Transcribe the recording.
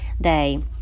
day